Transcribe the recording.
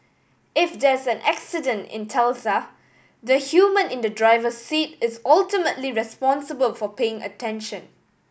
if there's an accident in Tesla the human in the driver's seat is ultimately responsible for paying attention